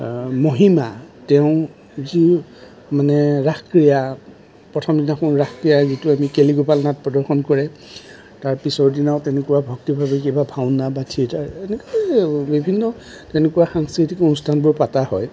মহিমা তেওঁৰ যি মানে ৰাসক্ৰিয়া প্ৰথম দিনাখন ৰাসক্ৰিয়া যিটো আমি কেলি গোপাল নাট প্ৰদৰ্শন কৰে তাৰ পিছৰদিনাও তেনেকুৱা ভক্তিভাৱে কিবা ভাওনা বা থিয়েটাৰ এনেকেই বিভিন্ন তেনেকুৱা সাংস্কৃতিক অনুষ্ঠানবোৰ পতা হয়